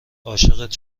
عاشقت